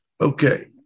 Okay